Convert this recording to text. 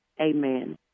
Amen